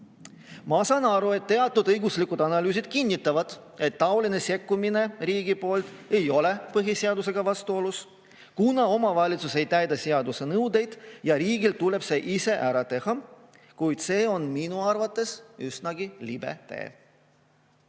Ma saan aru, et teatud õiguslikud analüüsid kinnitavad, et taoline sekkumine riigi poolt ei ole põhiseadusega vastuolus, kuna omavalitsus ei täida seaduse nõudeid ja riigil tuleb see ise ära teha. Kuid see on minu arvates üsnagi libe